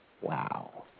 Wow